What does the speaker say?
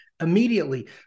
immediately